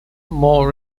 more